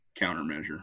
countermeasure